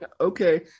okay